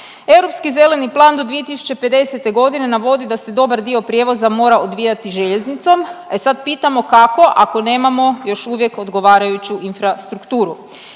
Europski zeleni plan do 2050. g. navodi da se dobar dio prijevoza mora odvijati željeznicom, e sad pitamo kako ako nemamo još uvijek odgovarajuću infrastrukturu